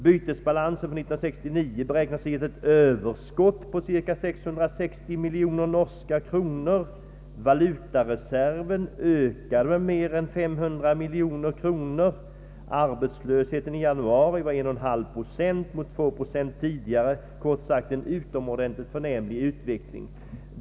Bytesbalansen 1969 beräknas ge ett överskott på cirka 660 miljoner norska kronor, valutareserven ökade med mer än 500 miljoner kronor, arbetslösheten i januari var Ang. den ekonomiska politiken, m.m. 1,5 procent mot 2 procent tidigare — kort sagt en utomordentligt förnämlig utveckling.